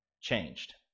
changed